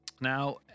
Now